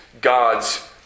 God's